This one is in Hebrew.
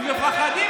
מי מפחד?